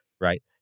right